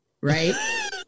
Right